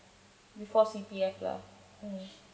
before C_P_F lah mm